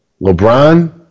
LeBron